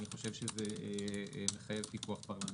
אני חושב שזה מחייב פיקוח פרלמנטרי,